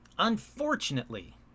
Unfortunately